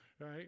right